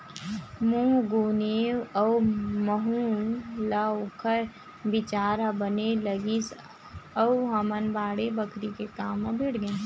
महूँ गुनेव अउ महूँ ल ओखर बिचार ह बने लगिस अउ हमन बाड़ी बखरी के काम म भीड़ गेन